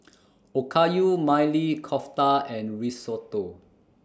Okayu Maili Kofta and Risotto